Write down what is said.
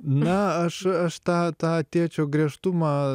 na aš aš tą tą tėčio griežtumą